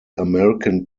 american